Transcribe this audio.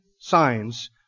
signs